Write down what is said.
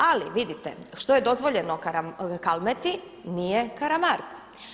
Ali vidite, što je dozvoljeno Kalmeti, nije Karamarku.